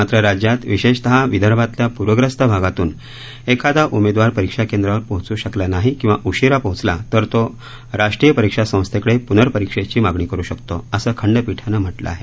मात्र राज्यात विशेषत विदर्भातल्या पूरग्रस्त भागातून एखादा उमेदवार परीक्षा केंद्रावर पोहचू शकला नाही किंवा उशीरा पोचला तर तो राष्ट्रीय परीक्षा संस्थेकडे प्नर्परीक्षेची मागणी करू शकतो असं खंडपीठानं म्हटलं आहे